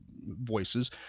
voices